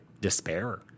despair